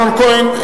אמנון כהן,